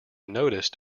noticed